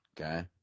okay